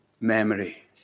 memory